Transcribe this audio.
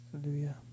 Hallelujah